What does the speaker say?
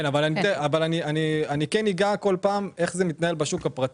אני אגע גם באיך זה מתנהל בשוק הפרטי.